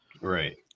Right